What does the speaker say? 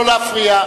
לא להפריע.